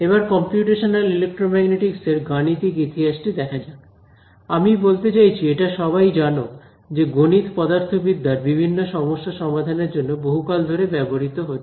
এবার computational electromagnetics এর গাণিতিক ইতিহাসটি দেখা যাক আমি বলতে চাইছি এটা সবাই জানো যে গণিত পদার্থবিদ্যার বিভিন্ন সমস্যা সমাধানের জন্য বহুকাল ধরে ব্যবহৃত হচ্ছে